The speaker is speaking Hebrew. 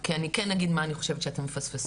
כי אני כן אגיד מה אני חושבת שאתם מפספסים.